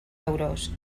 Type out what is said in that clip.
euros